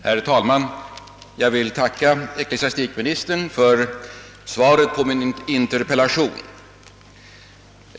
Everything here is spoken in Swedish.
Herr talman! Jag vill tacka ecklesiastikministern för svaret på min interpellation.